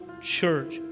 church